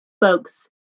folks